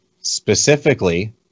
Specifically